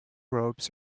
robes